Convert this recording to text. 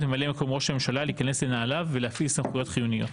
ממלא מקום ראש הממשלה להיכנס לנעליו ולהפעיל סמכויות חיוניות.